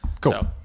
Cool